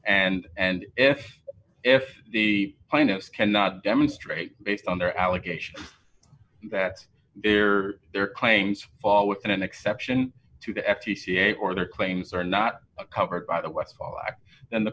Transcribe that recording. and and if if the plaintiffs cannot demonstrate based on their allegation that they are their claims fall within an exception to the f c c a or their claims are not covered by the westfall i and the